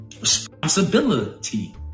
Responsibility